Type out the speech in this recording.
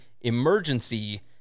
emergency